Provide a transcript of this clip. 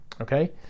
okay